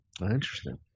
Interesting